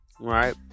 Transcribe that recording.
Right